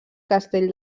castell